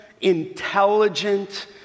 intelligent